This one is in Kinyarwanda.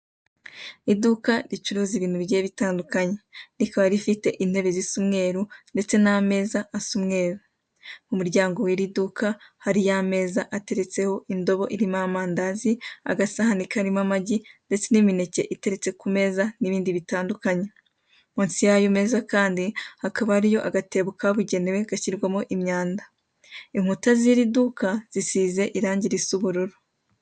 Iduka ricuruza ibintu bigiye bitandukanye. Rikaba rifite intebe zisa umweru ndetse n'ameza asa umweru. Ku muryango w'iri duka hariyo ameza ateretseho indobo irimo amandazi, agasahane karimo amagi ndetse n'imineke iteretse ku meza n'ibindi bitandukanye. Munsi y'ayo meza kandi, hakaba hariyo agatebo kabugenewe gashyirwamo imyanda itandukanye. Inkuta z'iri duka zisize irangi risa ubururu.